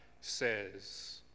says